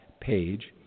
page